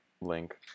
Link